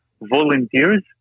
volunteers